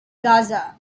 gaza